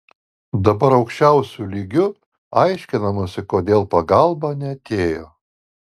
dabar aukščiausiu lygiu aiškinamasi kodėl pagalba neatėjo